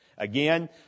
Again